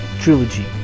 trilogy